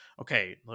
okay